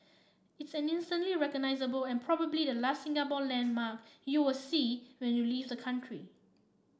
it's an instantly recognisable and probably the last Singapore landmark you'll see when you leave the country